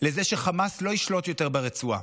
לזה שחמאס לא ישלוט יותר ברצועה.